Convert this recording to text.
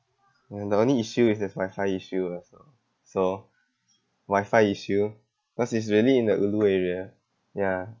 ya the only issue is there's wifi issue ah so so wifi issue because it's really in the ulu area ya